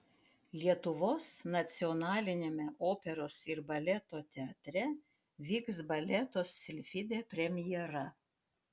lietuvos nacionaliniame operos ir baleto teatre vyks baleto silfidė premjera